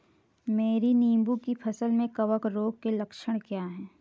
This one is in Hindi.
मेरी नींबू की फसल में कवक रोग के लक्षण क्या है?